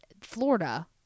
Florida